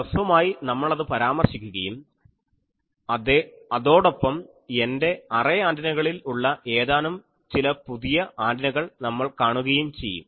ഹ്രസ്വമായി നമ്മളത് പരാമർശിക്കുകയും അതോടൊപ്പം എൻറെ അറേ ആന്റിനകളിൽ ഉള്ള ഏതാനും ചില പുതിയ ആൻറിനകൾ നമ്മൾ കാണുകയും ചെയ്യും